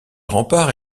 rempart